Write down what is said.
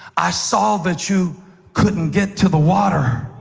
i saw that you couldn't get to the water.